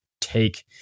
take